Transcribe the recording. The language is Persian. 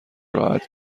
راحت